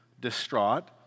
distraught